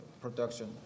production